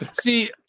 See